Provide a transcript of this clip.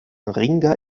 ringer